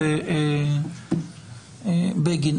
חה"כ בגין.